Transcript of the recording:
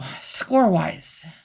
score-wise